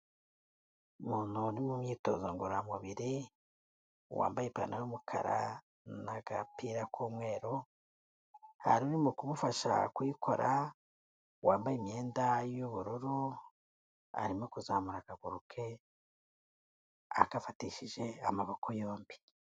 Umuntu uri mu myitozo ngororamubiri, wambaye ipantaro y'umukara n'agapira k'umweru, hari urimo kumufasha kuyikora wambaye imyenda y'ubururu, arimo kuzamura akaguru ke agafatishije amaboko yombi.